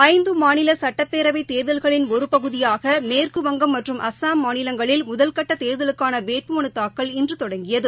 ஐந்து மாநில சட்டப்பேரவைத் தேர்தல்களின் ஒரு பகுதியாக மேற்குவங்கம் மற்றும் அஸ்ஸாம் மாநிலங்களில் முதல்கட்ட தேர்தலுக்கான வேட்புமனு தாக்கல் இன்று தொடங்கியது